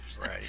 Right